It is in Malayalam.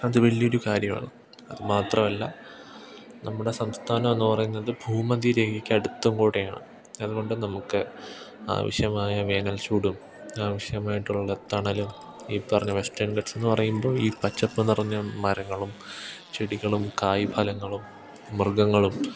അത് വലിയ ഒരു കാര്യമാണ് അത് മാത്രമല്ല നമ്മുടെ സംസ്ഥാനം എന്ന് പറയുന്നത് ഭൂമദ്ധ്യരേഖക്കടുത്തും കൂടെയാണ് അതുകൊണ്ട് നമുക്ക് ആവശ്യമായ വേനൽ ചൂടും ആവശ്യമായിട്ടുള്ള തണലും ഈ പറഞ്ഞ വെസ്റ്റേൻ ഗട്ട്സ്ന്ന് പറയുമ്പോൾ ഈ പച്ചപ്പ് നിറഞ്ഞ മരങ്ങളും ചെടികളും കായ് ഫലങ്ങളും മൃഗങ്ങളും